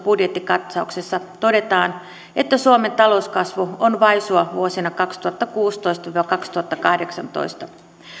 budjettikatsaus kaksituhattaseitsemäntoistassä todetaan että suomen talouskasvu on vaisua vuosina kaksituhattakuusitoista viiva kaksituhattakahdeksantoista ja